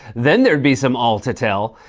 then there would be some all to tell.